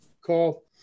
call